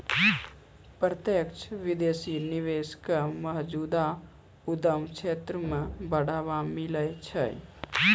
प्रत्यक्ष विदेशी निवेश क मौजूदा उद्यम क्षेत्र म बढ़ावा मिलै छै